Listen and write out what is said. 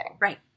right